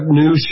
new